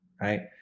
right